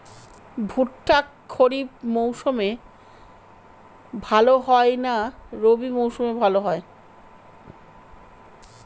ভুট্টা খরিফ মৌসুমে ভাল হয় না রবি মৌসুমে ভাল হয়?